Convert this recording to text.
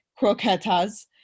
croquetas